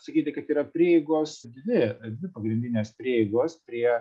sakyti kad yra prieigos dvi dvi pagrindinės prieigos prie